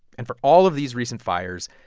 and for all of these recent fires,